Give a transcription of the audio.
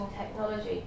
technology